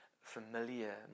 familiar